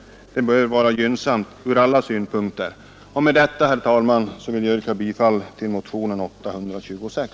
Det bör vara gynnsamt från alla synpunkter. Med detta, herr talman, ber jag att få yrka bifall till reservationen 1, som innebär bifall till motionen 826.